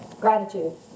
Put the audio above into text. Gratitude